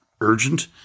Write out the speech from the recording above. urgent